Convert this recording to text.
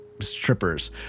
strippers